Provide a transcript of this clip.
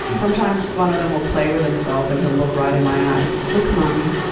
and sometimes one of them will play with themself and he'll look right in my eyes, look, mommy.